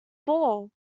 ball